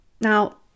Now